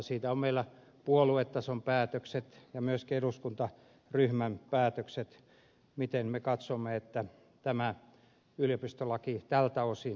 siitä on meillä puoluetason päätökset ja myöskin eduskuntaryhmän päätökset miten me katsomme että tämä yliopistolaki tältä osin toteutuu